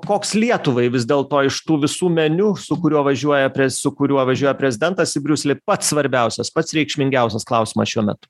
koks lietuvai vis dėlto iš tų visų meniu su kuriuo važiuoja prie su kuriuo važiuoja prezidentas į briuselį pats svarbiausias pats reikšmingiausias klausimas šiuo metu